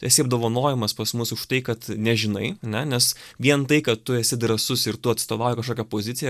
esi apdovanojamas pas mus už tai kad nežinai ane nes vien tai kad tu esi drąsus ir tu atstovauji kažkokią poziciją